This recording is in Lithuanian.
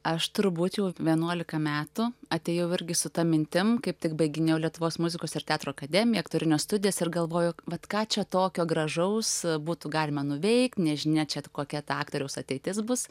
aš turbūt jau vienuolika metų atėjau irgi su ta mintim kaip tik baiginėjau lietuvos muzikos ir teatro akademiją aktorines studijas ir galvoju vat ką čia tokio gražaus būtų galima nuveikt nežinia čia kokia ta aktoriaus ateitis bus